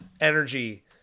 energy